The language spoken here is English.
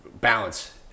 balance